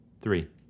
Three